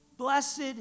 Blessed